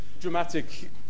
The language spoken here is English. dramatic